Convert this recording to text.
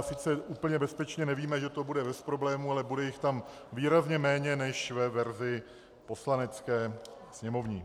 Sice úplně bezpečně nevíme, že to bude bez problémů, ale bude jich tam výrazně méně než ve verzi poslanecké, sněmovní.